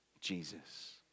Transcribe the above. Jesus